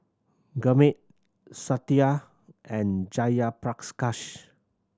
Gurmeet Satya and Jayaprakash